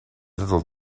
little